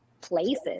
places